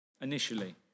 initially